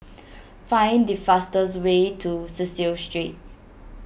find the fastest way to Cecil Street